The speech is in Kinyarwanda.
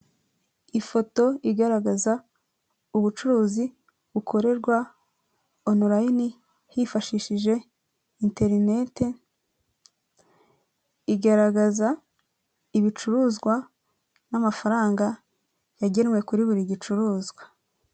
Ifoto igaragaza ubucuruzi bukorerwa onulayini hifashishije enterinete, igaragaza ibicuruzwa n'amafaranga yagenwe kuri buri gicuruzwa.